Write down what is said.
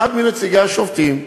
אחד מנציגי השופטים,